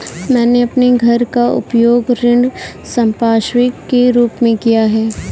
मैंने अपने घर का उपयोग ऋण संपार्श्विक के रूप में किया है